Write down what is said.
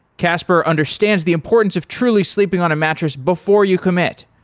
casper understands the importance of truly sleeping on a mattress before you commit,